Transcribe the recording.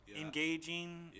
engaging